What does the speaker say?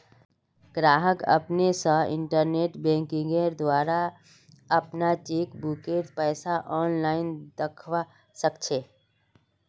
गाहक अपने स इंटरनेट बैंकिंगेंर द्वारा अपनार चेकबुकेर पैसा आनलाईन दखवा सखछे